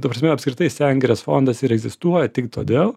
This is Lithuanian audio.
ta prasme apskritai sengirės fondas ir egzistuoja tik todėl